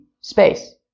space